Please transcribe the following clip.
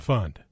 Fund